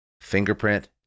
fingerprint